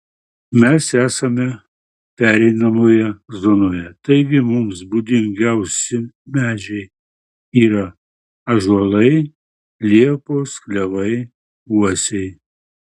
mes esame pereinamoje zonoje taigi mums būdingiausi medžiai yra ąžuolai liepos klevai uosiai